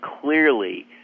clearly